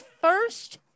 first